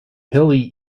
hilly